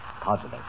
Positive